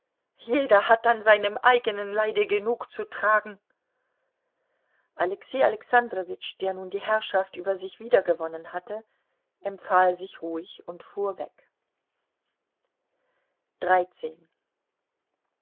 jeder hat an seinem eigenen leide genug zu tragen alexei alexandrowitsch der nun die herrschaft über sich wiedergewonnen hatte empfahl sich ruhig und